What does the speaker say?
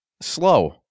slow